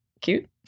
cute